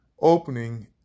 opening